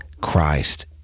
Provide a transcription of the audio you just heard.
Christ